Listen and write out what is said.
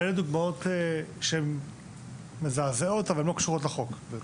אלה דוגמאות שהן מזעזעות, אבל הן לא קשורות לחוק.